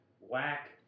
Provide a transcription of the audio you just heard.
Whack